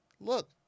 Look